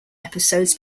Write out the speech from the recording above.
episodes